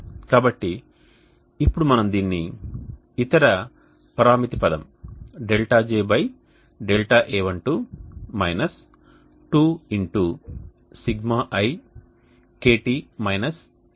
కాబట్టి ఇప్పుడు మనం దీన్ని ఇతర పరామితి పదం δjδa12 2Σi KT KTex